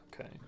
okay